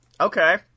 Okay